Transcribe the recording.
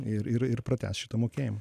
ir ir pratęs šitą mokėjimą